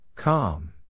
Calm